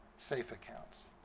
safe accounts.